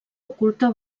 oculta